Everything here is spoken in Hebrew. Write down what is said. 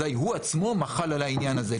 אז הרי הוא עצמו מחל על העניין הזה.